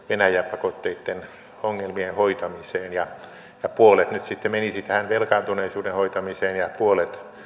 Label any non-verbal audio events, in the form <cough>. <unintelligible> venäjä pakotteitten ongelmien hoitamiseen puolet nyt sitten menisi tähän velkaantuneisuuden hoitamiseen ja puolet